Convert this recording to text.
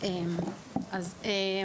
(מלווה את דבריה בהקרנת מצגת) תודה רבה.